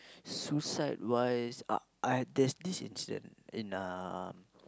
suicide wise ah there's this incident in uh